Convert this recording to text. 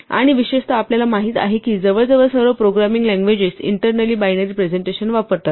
आणि विशेषतः आपल्याला माहित आहे की जवळजवळ सर्व programming languages internally binary presentation वापरतात